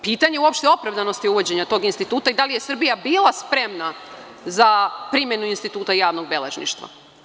Pitanje je uopšte opravdanosti uvođenja tog instituta i da li je Srbija bila spremna za primenu instituta javnog beležništva.